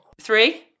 Three